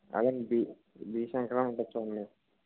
అదేనండి B B Shankaram అని ఉంటుంది చూడండి